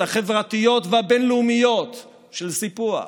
החברתיות והבין-לאומיות של סיפוח,